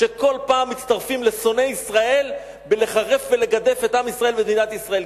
שכל פעם מצטרפים לשונאי ישראל בלחרף ולגדף את עם ישראל ומדינת ישראל.